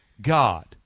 god